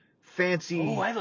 fancy